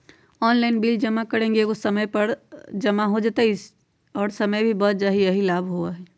Online bill जमा करे से समय पर जमा हो जतई और समय भी बच जाहई यही लाभ होहई?